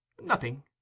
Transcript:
Nothing